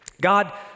God